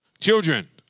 children